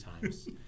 times